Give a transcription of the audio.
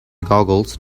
googles